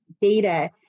data